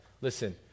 Listen